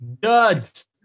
Duds